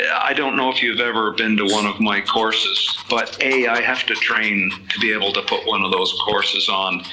i don't know if you've ever been to one of my courses, but a, i have to train to be able to put one and those courses on,